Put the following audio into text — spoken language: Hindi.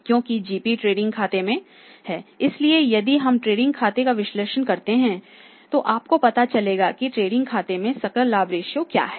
क्योंकि GP ट्रेडिंग खाते में है इसलिए यदि हम ट्रेडिंग खाते का विश्लेषण करते हैं तो आपको पता चलेगा कि ट्रेडिंग खाते में सकल लाभ रेश्यो क्या है